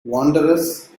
wondrous